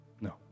No